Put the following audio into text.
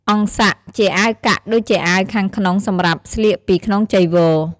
ថង់យាម ជាស្បោងសម្រាប់ព្រះសង្ឃស្ពាយ។